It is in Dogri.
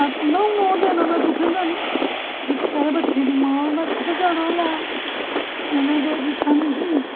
में थोह्ड़ी ना हून ओह् देना में कुद्धर जाना में निक्के सारे बच्चे दी मां में कुद्धर जाना लैन उंहे केह् कीता मिगी